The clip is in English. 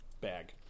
bag